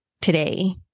today